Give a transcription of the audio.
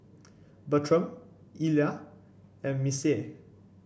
Bertram Illa and Missie